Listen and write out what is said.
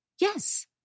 Yes